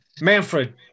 Manfred